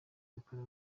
yakorewe